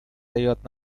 дает